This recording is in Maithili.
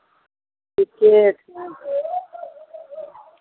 ठीके छै